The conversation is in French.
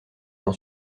n’en